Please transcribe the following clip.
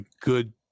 good